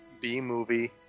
B-movie